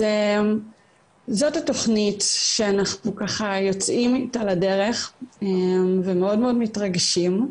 אז זאת התוכנית שאנחנו ככה יוצאים איתה לדרך ומאוד מתרגשים.